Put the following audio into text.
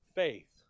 faith